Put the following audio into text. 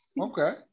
Okay